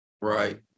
right